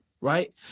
right